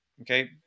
okay